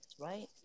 right